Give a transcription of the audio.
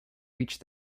reach